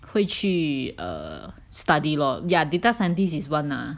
会去 err study lor ya data scientist is one lah